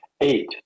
eight